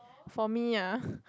for me ah